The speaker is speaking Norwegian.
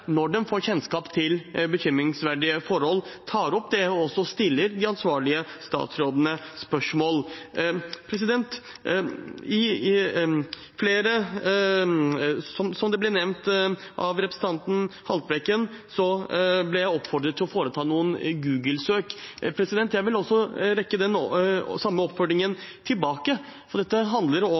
når de får kjennskap til bekymringsverdige forhold, tar det opp og også stiller de ansvarlige statsrådene spørsmål. Representanten Haltbrekken oppfordret meg til å foreta noen Google-søk. Jeg vil sende den samme oppfordringen tilbake, for dette handler om